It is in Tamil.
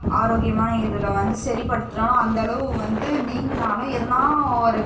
ஆரோக்கியமான இதில் வந்து சரிபடுத்துறோன்னா அந்த அளவு வந்து நீங்கினாலும் எதனால் ஒரு